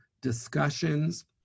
discussions